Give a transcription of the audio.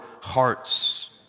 hearts